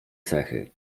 cechy